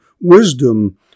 wisdom